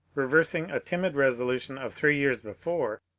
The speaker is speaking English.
reversing a timid resolution of three years before,